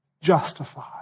justified